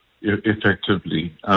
effectively